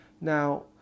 Now